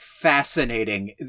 fascinating